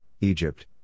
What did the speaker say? Egypt